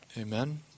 Amen